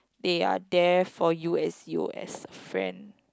they are there for you as you as a friend